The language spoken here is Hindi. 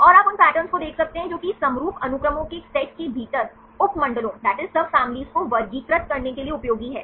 और आप उन पैटर्न को देख सकते हैं जो कि समरूप अनुक्रमों के एक सेट के भीतर उप मंडलों को वर्गीकृत करने के लिए उपयोगी हैं